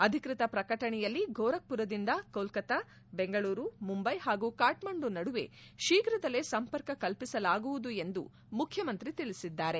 ಅಧಿಕೃತ ಪ್ರಕಟಣೆಯಲ್ಲಿ ಗೋರಖ್ ಪುರದಿಂದ ಕೋಲ್ಲೊತಾ ಬೆಂಗಳೂರು ಮುಂಬೈ ಹಾಗೂ ಕಾಕ್ಸಂಡು ನಡುವೆ ಶೀಘ್ರದಲ್ಲೇ ಸಂಪರ್ಕ ಕಲ್ಪಿಸಲಾಗುವುದು ಎಂದು ಮುಖ್ಯಮಂತ್ರಿ ತಿಳಿಸಿದ್ದಾರೆ